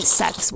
sex